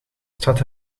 staat